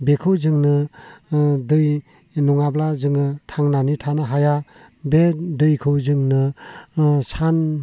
बेखौ जोंनो दै नङाब्ला जोङो थांनानै थानो हाया बे दैखौ जोंनो सान हर